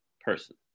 person